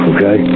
Okay